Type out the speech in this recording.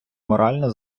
морально